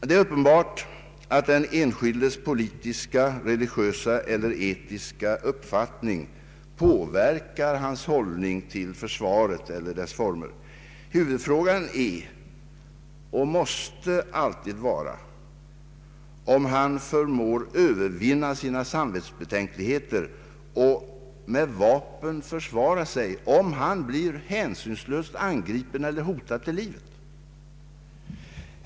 Det är uppenbart att den enskildes politiska, religiösa eller etiska uppfattning påverkar hans hållning till försvaret eller dess former. Huvudfrågan är och måste alltid vara om han förmår övervinna sina samvetsbetänkligheter och med vapen försvara sig om han blir hänsynslöst angripen eller hotad till livet.